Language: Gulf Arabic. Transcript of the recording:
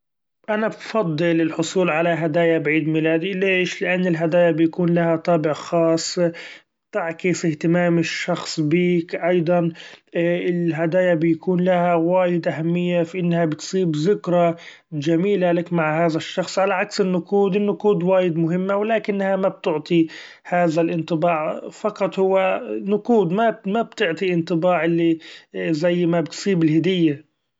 أنا بفضل الحصول على هدأيا بعيد ميلادي ليش؟ لأن الهدأيا بيكون لها طابع خاص تعكس اهتمام الشخص بيك ، أيضا الهدأيا بيكون لها وايد اهمية في إنها بتسيب ذكرى چميلة لك مع هذا للشخص على عكس النقود- النقود وايد مهمة ولكنها ما بتعطي هذا الإنطباع فقط هو نقود ما- ما بتعطي إنطباع اللي زي ما بتصيب الهدية.